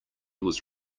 was